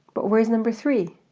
but where's number three?